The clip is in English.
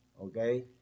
Okay